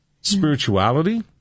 spirituality